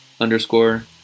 underscore